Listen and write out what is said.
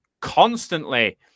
constantly